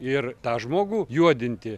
ir tą žmogų juodinti